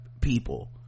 people